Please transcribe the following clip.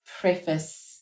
preface